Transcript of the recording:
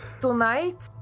tonight